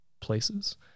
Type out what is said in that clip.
places